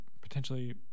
potentially